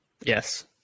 Yes